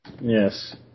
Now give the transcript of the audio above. Yes